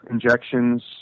injections